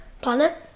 planet